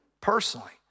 personally